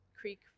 creek